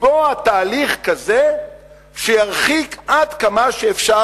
לקבוע תהליך כזה שירחיק עד כמה שאפשר,